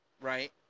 right